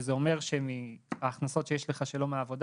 שזה אומר שמההכנסות שיש לך שלא מעבוד